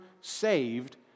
saved